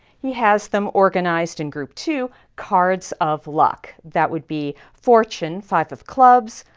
he has them organized in group two cards of luck. that would be fortune five of clubs,